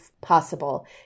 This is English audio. possible